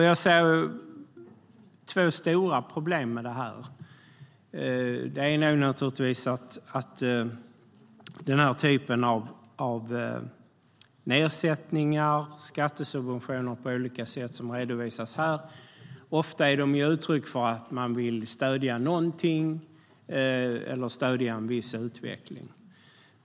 Jag ser två stora problem här. Den här typen av nedsättningar och skattesubventioner som redovisas i skrivelsen är ofta uttryck för att man vill stödja någonting eller en viss utveckling.